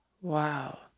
Wow